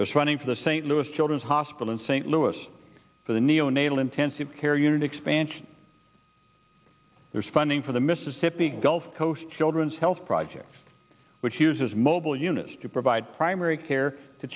running for the st louis children's hospital in st louis for the neonatal intensive care unit expansion there's funding for the mississippi gulf coast children's health project which uses mobile units to provide primary care to